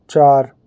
ਚਾਰ